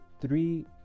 three